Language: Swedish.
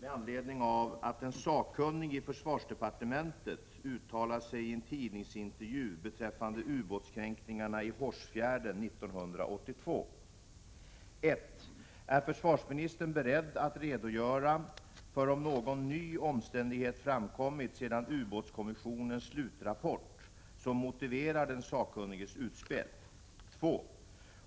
med anledning av att en sakkunnig i försvarsdepartementet uttalat sig i en tidningsintervju beträffande ubåtskränkningarna i Hårsfjärden 1982. 1. Är försvarsministern beredd att redogöra för om någon ny omständighet framkommit efter ubåtsskyddskommissionens slutrapport som motiverar den sakkunniges utspel? 2.